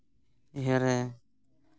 ᱤᱭᱟᱹᱨᱮ